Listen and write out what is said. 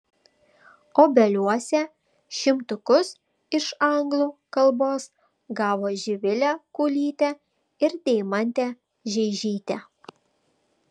obeliuose šimtukus iš anglų kalbos gavo živilė kulytė ir deimantė žeižytė